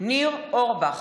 ניר אורבך,